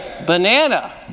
Banana